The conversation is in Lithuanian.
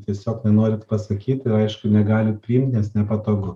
tiesiog nenorit pasakyt ir aišku negalit priimt nes nepatogu